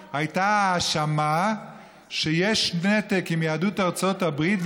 האשמה שיש נתק עם יהדות ארצות הברית.